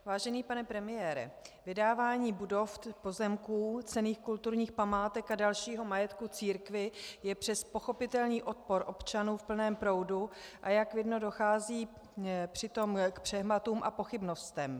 Vážený pane premiére, vydávání budov, pozemků, cenných kulturních památek a dalšího majetku církvi je přes pochopitelný odpor občanů v plném proudu, a jak vidno, dochází přitom k přehmatům a pochybnostem.